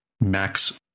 Max